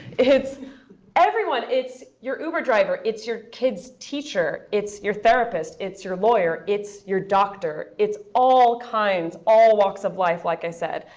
it's everyone. it's your uber driver. it's your kid's teacher. it's your therapist. it's your lawyer. it's your doctor. it's all kinds, all walks of life, like i said.